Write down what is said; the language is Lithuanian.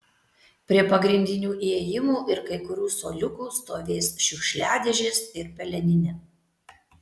prie pagrindinių įėjimų ir kai kurių suoliukų stovės šiukšliadėžės ir peleninė